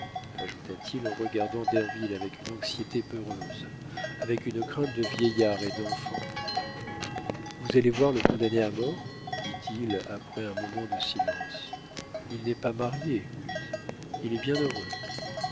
ajouta-t-il en regardant derville avec une anxiété peureuse avec une crainte de vieillard et d'enfant vous allez voir le condamné à mort dit-il après un moment de silence il n'est pas marié lui il est bien heureux